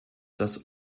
das